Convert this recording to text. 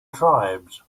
tribes